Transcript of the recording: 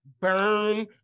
burn